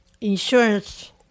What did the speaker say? insurance